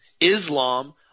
Islam